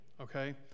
okay